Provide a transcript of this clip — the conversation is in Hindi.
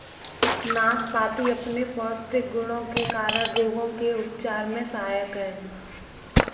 नाशपाती अपने पौष्टिक गुणों के कारण रोगों के उपचार में सहायक है